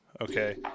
Okay